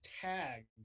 tag